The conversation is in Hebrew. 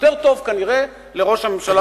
יותר טוב כנראה לראש הממשלה,